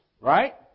Right